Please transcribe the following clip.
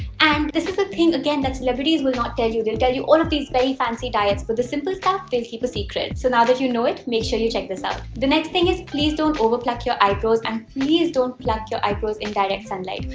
and this is a thing again that celebrities will not tell you. they tell you all of these very fancy diets but the simple stuff? they keep a secret. so now that you know it, make sure you check this out. the next thing is, please don't over pluck your eyebrows, and please don't pluck your eyebrows in direct sunlight.